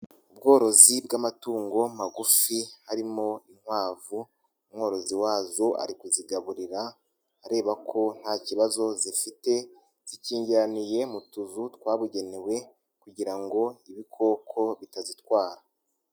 Ubworozi bw'amatungo magufi harimo inkwavu, umworozi wazo ari kuzigaburira areba ko nta kibazo zifite, zikingiraniye mu tuzu twabugenewe kugira ngo ibikoko bitazitwara.